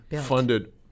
funded